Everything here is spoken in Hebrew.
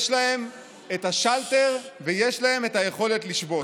יש להם את השלטר ויש להם את היכולת לשבות.